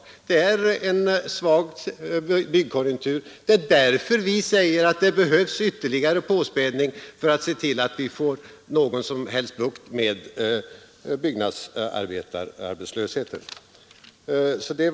Byggkonjunkturen är svag, och det är därför vi säger att det behövs ytterligare påspädning för att få bukt med byggarbetslösheten.